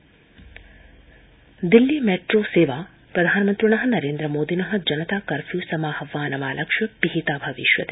Delhi metro Delhi metro सेवा प्रधानमन्त्रिण नरेन्द्रमोदिन जनता कर्फ्यू समाह्वानमालक्ष्य पिहिता भविष्यति